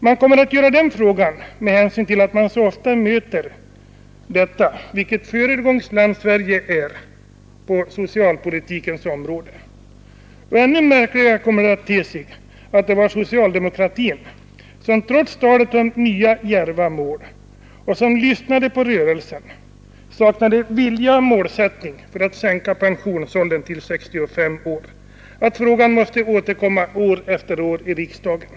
Man kommer att ställa den frågan mot bakgrunden av att det så ofta nu påstås att Sverige är ett föregångsland på socialpolitikens område. Ännu märkligare kommer det att te sig att det var socialdemokratin som trots talet om nya djärva mål och trots att den sade sig lyssna till rörelsen saknade vilja och målsättning att sänka pensionsåldern till 65 år, så att frågan måste återkomma år efter år i riksdagen.